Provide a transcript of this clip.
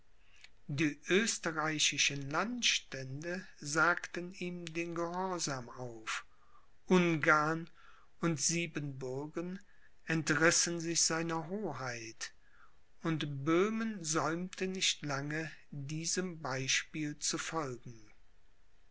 die österreichischen landstände sagten ihm den gehorsam auf ungarn und siebenbürgen entrissen sich seiner hoheit und böhmen säumte nicht lange diesem beispiel zu folgen